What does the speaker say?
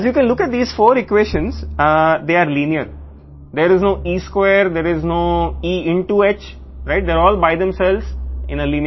కాబట్టి మీరు ఈ 4 ఈక్వేషన్లను చూస్తే అవి సరళంగా ఉంటాయి E² లేదు అక్కడ E X H లేదు అక్కడే అన్నీ సరళ రూపంలో ఉంటాయి